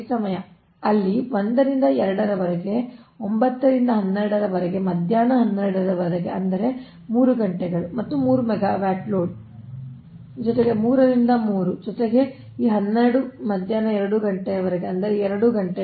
ಆದ್ದರಿಂದ 1 ರಿಂದ 2 ರವರೆಗೆ 9 ರಿಂದ 12 ರವರೆಗೆ ಮಧ್ಯಾಹ್ನ 12 ರವರೆಗೆ ಅಂದರೆ 3 ಗಂಟೆಗಳು ಮತ್ತು 3 ಮೆಗಾವ್ಯಾಟ್ ಲೋಡ್ ಜೊತೆಗೆ 3 ರಿಂದ 3 ಜೊತೆಗೆ ಈ 12 ಮಧ್ಯಾಹ್ನ 2 ಗಂಟೆಯವರೆಗೆ ಅಂದರೆ 2 ಗಂಟೆಗಳು